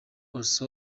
also